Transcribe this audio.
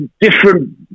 different